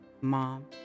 Mom